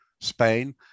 Spain